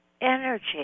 energy